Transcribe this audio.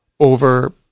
over